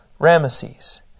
Ramesses